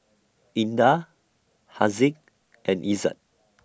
Indah Haziq and Izzat